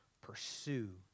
pursue